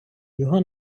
його